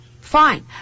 fine